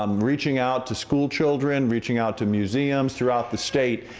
um reaching out to school children, reaching out to museums throughout the state,